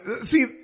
See